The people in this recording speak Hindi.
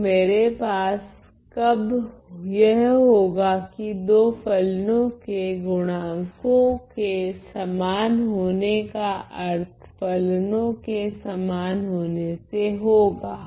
तो मेरे पास कब यह होगा कि दो फलनों के गुणांकों के समान होने का अर्थ फलनों के समान होने से होगा